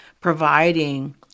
providing